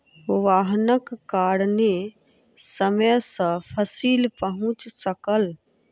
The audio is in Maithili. वाहनक कारणेँ समय सॅ फसिल पहुँच सकल